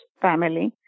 family